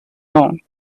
long